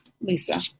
Lisa